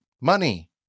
money